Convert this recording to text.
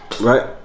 Right